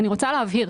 אני רוצה להבהיר.